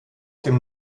dem